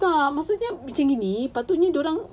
tak maksudnya macam gini tapi ni dorang